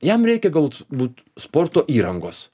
jam reikia galt būt sporto įrangos